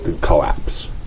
collapse